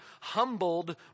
humbled